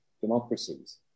democracies